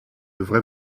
vraie